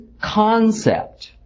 concept